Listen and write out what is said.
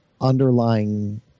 underlying